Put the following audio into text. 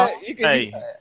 Hey